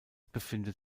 befindet